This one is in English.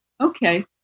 Okay